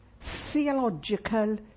theological